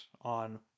on